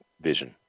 vision